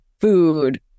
food